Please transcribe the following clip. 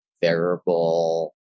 variable